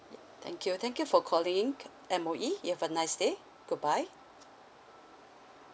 ya thank you thank you for calling M_O_E you have a nice day goodbye